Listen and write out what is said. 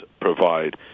provide